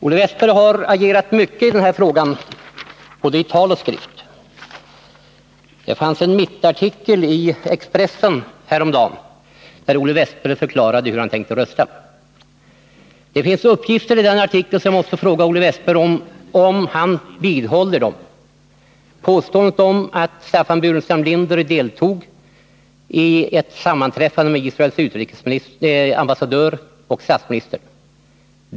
Olle Wästberg har agerat mycket i den här frågan, både i tal och i skrift. Bl. a. fanns det häromdagen en artikel på mittuppslaget i Expressen, där Olle Wästberg förklarade hur han tänkte rösta. Det fanns uppgifter i den artikeln som jag måste fråga om Olle Wästberg vidhåller, t.ex. påståendet att Staffan Burenstam Linder deltog i ett sammanträffande med Israels ambassadör och statsministern.